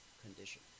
condition